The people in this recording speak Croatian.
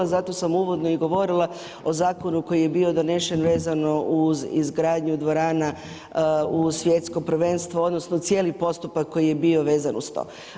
Zato sam uvodno i govorila o zakonu koji je bio donesen vezano uz izgradnju dvorana u svjetskom prvenstvu odnosno cijeli postupak koji je bio vezan uz to.